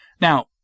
Now